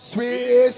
Sweet